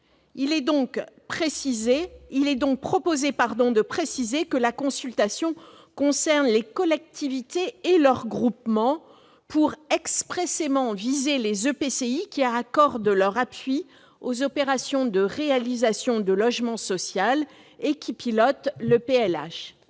Il est donc proposé de préciser que la consultation concerne les collectivités et leurs groupements, afin de viser expressément les EPCI qui accordent leur appui aux opérations de réalisation de logement social et qui pilotent le PLH.